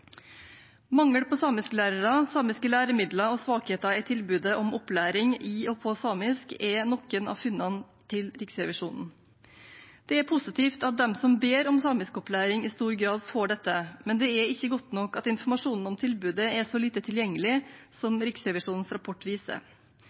Mangel på samisklærere, samiske læremidler og svakheter i tilbudet om opplæring i og på samisk er noen av funnene til Riksrevisjonen. Det er positivt at de som ber om samiskopplæring, i stor grad får dette, men det er ikke godt nok at informasjonen om tilbudet er så lite tilgjengelig som